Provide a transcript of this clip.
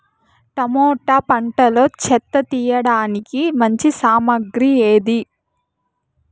Tomato పంటలో చెత్త తీయడానికి మంచి సామగ్రి ఏది?